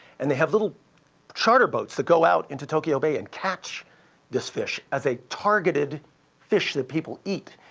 and they have little charter boats that go out into tokyo bay and catch this fish as a targeted fish that people eat.